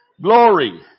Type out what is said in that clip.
Glory